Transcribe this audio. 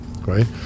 right